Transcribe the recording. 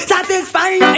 Satisfying